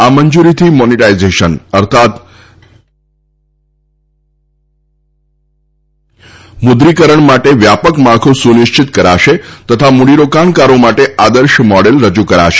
આ મંજુરીથી મોનીટાઈઝેશન અર્થાત મુક્રીકરણ માટે વ્યાપક માળખુ સુનિશ્રીત કરાશે તથા મૂડીરોકાણકારો માટે આદર્શ મોડેલ રજુ કરાશે